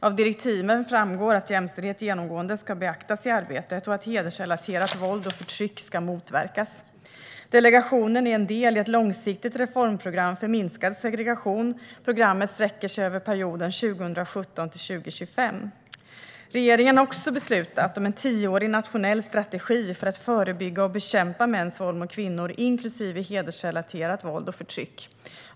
Av direktiven framgår att jämställdhet genomgående ska beaktas i arbetet och att hedersrelaterat våld och förtryck ska motverkas. Delegationen är en del i ett långsiktigt reformprogram för minskad segregation. Programmet sträcker sig över perioden 2017-2025. Regeringen har också beslutat om en tioårig nationell strategi för att förebygga och bekämpa mäns våld mot kvinnor, inklusive hedersrelaterat våld och förtryck.